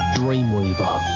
dreamweaver